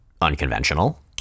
unconventional